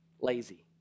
lazy